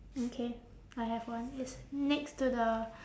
mm K I have one it's next to the